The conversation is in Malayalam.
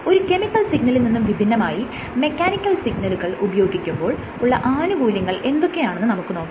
ഒരു കെമിക്കൽ സിഗ്നലിൽ നിന്നും വിഭിന്നമായി മെക്കാനിക്കൽ സിഗ്നലുകൾ ഉപയോഗിക്കുമ്പോൾ ഉള്ള ആനുകൂല്യങ്ങൾ എന്തൊക്കെയാണെന്ന് നമുക്ക് നോക്കാം